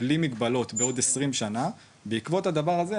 בלי מגבלות בעוד 20 שנה ובעקבות זאת,